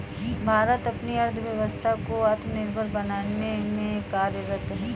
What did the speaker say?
भारत अपनी अर्थव्यवस्था को आत्मनिर्भर बनाने में कार्यरत है